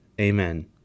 Amen